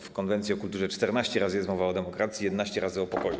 W konwencji o kulturze 14 razy jest mowa o demokracji i 11 razy o pokoju.